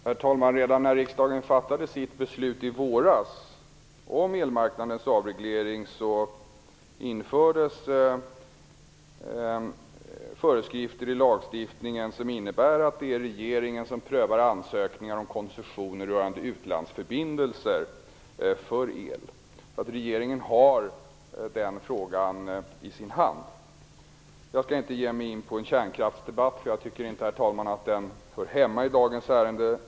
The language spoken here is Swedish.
Herr talman! Redan när riksdagen fattade sitt beslut i våras om att avreglera elmarknaden infördes föreskrifter i lagstiftningen som innebär att det är regeringen som prövar ansökningar om koncessioner rörande utlandsförbindelser för el. Regeringen har den frågan i sin hand. Jag skall inte ge mig in i en kärnkraftsdebatt. Jag tycker inte, herr talman, att den hör hemma i dagens ärende.